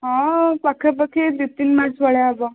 ହଁ ପାଖା ପାଖି ଦୁଇ ତିନି ମାସ ଭଳିଆ ହବ